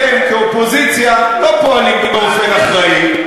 אתם כאופוזיציה לא פועלים באופן אחראי,